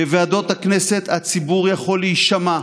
בוועדות הכנסת הציבור יכול להישמע,